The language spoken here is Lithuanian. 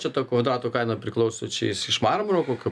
čia to kvadrato kaina priklauso čia jis iš marmuro kokio